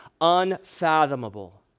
unfathomable